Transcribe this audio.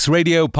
Radio